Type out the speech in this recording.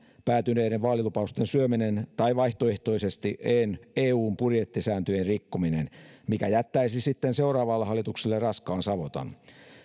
päätyneiden vaalilupausten syöminen tai vaihtoehtoisesti eun budjettisääntöjen rikkominen mikä jättäisi sitten seuraavalle hallitukselle raskaan savotan